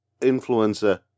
influencer